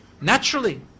Naturally